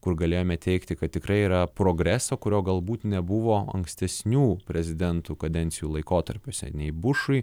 kur galėjome teigti kad tikrai yra progreso kurio galbūt nebuvo ankstesnių prezidentų kadencijų laikotarpiuose nei bušui